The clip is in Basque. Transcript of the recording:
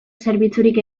zerbitzurik